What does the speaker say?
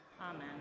Amen